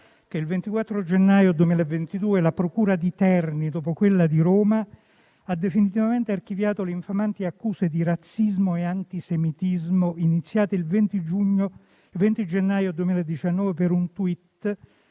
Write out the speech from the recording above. che il 24 gennaio 2022 la procura di Terni, dopo quella di Roma, ha definitivamente archiviato le infamanti accuse di razzismo e antisemitismo iniziate il 20 gennaio 2019 per un *tweet*